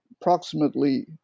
approximately